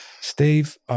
Steve